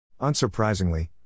Unsurprisingly